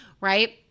right